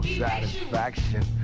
satisfaction